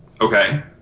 Okay